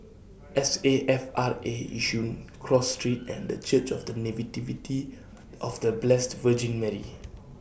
S A F R A Yishun Cross Street and The Church of The Nativity of The Blessed Virgin Mary